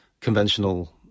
conventional